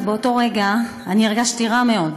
אז, באותו רגע, אני הרגשתי רע מאוד.